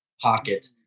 pocket